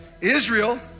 Israel